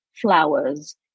flowers